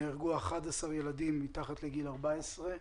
נהרגו 11 ילדים מתחת לגיל 14,